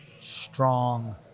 strong